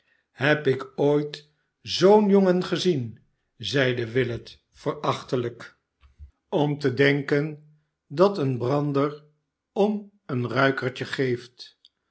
heb ik ooit zoo'n jongen gezien zeide willet verachtelijk om te denken dat een brander om een ruikertje geeft